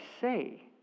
say